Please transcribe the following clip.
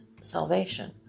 salvation